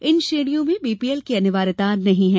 इन श्रेणियों में बीपीएल की अनिवार्यता नहीं है